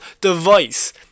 device